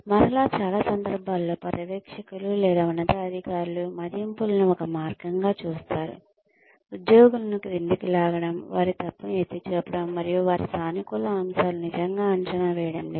మరలా చాలా సందర్భాల్లో పర్యవేక్షకులు లేదా ఉన్నతాధికారులు మదింపులను ఒక మార్గంగా చూస్తారు ఉద్యోగులను క్రిందికి లాగడం వారి తప్పులను ఎత్తి చూపడం మరియు వారి సానుకూల అంశాలను నిజంగా అంచనా వేయడం లేదు